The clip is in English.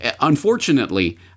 unfortunately